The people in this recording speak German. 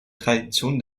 tradition